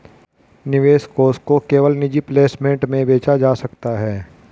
निवेश कोष को केवल निजी प्लेसमेंट में बेचा जा सकता है